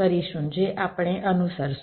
કરીશું જે આપણે અનુસરસું